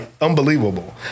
unbelievable